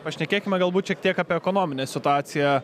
pašnekėkime galbūt šiek tiek apie ekonominę situaciją